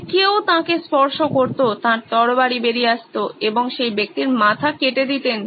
যদি কেউ তাঁকে স্পর্শ করতো তাঁর তরবারি বেরিয়ে আসত এবং সেই ব্যক্তির মাথা কেটে দিতেন